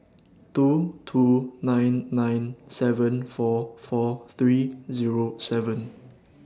two two nine nine seven four four three Zero seven